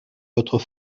votre